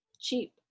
Cheap